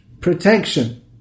protection